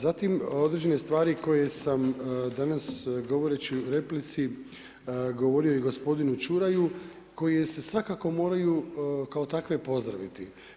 Zatim, određene stvari koje sam danas govoreći u replici govorio i gospodinu Čuraju, koje se svakako moraju kao takve pozdraviti.